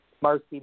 Marcy